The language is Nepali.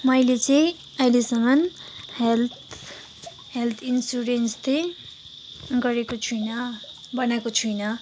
मैले चाहिँ अहिलेसम्म हेल्थ हेल्थ इन्सुरेन्स् चाहिँ गरेको छुइनँ बनाएको छुइनँ